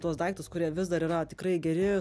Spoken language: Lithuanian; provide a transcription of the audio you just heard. tuos daiktus kurie vis dar yra tikrai geri